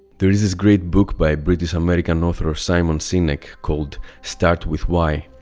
there is this great book by british american author ah simon sinek called start with why.